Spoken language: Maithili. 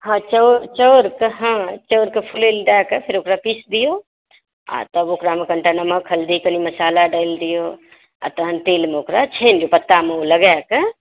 हॅं चाउरके चाउरके फुलाकऽ ओकरा पीस दियौ तब ओकरामे कनिटा नमक हल्दी कनि मसाला डालि दियौ आ तहन तेलमे ओकरा छानि लियौ पत्तामे ओ लगाके